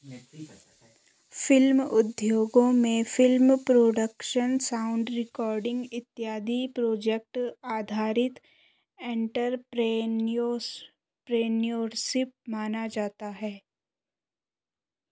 film उद्योगों में film production sound recording इत्यादि प्रोजेक्ट आधारित एंटरप्रेन्योरशिप माना जाता है